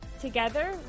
Together